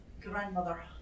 Grandmother